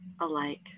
alike